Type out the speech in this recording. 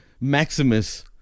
Maximus